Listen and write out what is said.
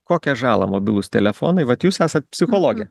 kokią žalą mobilūs telefonai vat jūs esat psichologė